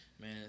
man